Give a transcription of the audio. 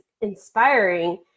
inspiring